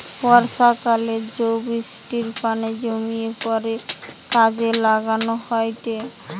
বর্ষাকালে জো বৃষ্টির পানি জমিয়ে পরে কাজে লাগানো হয়েটে